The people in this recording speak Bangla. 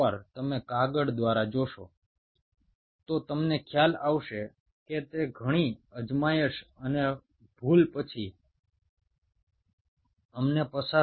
তোমরা যদি বিভিন্ন পেপারগুলো পড়ো তাহলে তোমরা উপলব্ধি করতে পারবে যে আমাদেরকে বিভিন্ন ভুলত্রুটির মধ্যে দিয়ে যেতে হবে